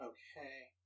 Okay